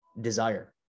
desire